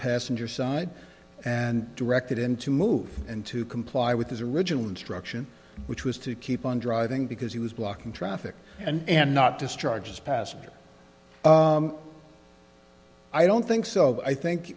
passenger side and directed him to move in to comply with his original instruction which was to keep on driving because he was blocking traffic and not just charges passengers i don't think so i think